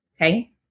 Okay